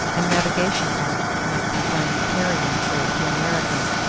and navigation acts might confine the carrying trade to american,